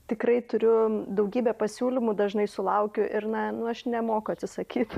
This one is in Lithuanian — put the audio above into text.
tikrai turiu daugybę pasiūlymų dažnai sulaukiu ir na nu aš nemoku atsisakyt